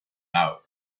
hour